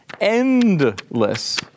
endless